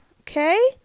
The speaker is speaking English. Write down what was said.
okay